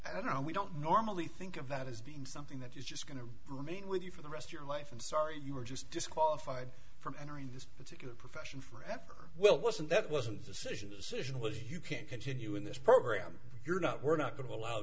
i don't we don't normally think of that as being something that is just going to remain with you for the rest your life and sorry you were just disqualified from entering this particular profession forever will wasn't that wasn't decision decision was you can't continue in this program you're not we're not going to allow